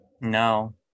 no